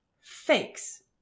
fakes